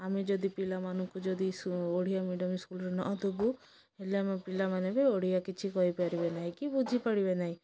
ଆମେ ଯଦି ପିଲାମାନଙ୍କୁ ଯଦି ଓଡ଼ିଆ ମିଡ଼ିୟମ ସ୍କୁଲରେ ନଦେବୁ ହେଲେ ଆମ ପିଲାମାନେ ବି ଓଡ଼ିଆ କିଛି କହିପାରିବେ ନାହିଁ କି ବୁଝିପାରିବେ ନାହିଁ